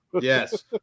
yes